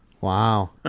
Wow